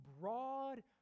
broad